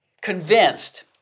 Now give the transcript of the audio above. convinced